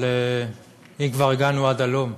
אבל אם כבר הגענו עד הלום,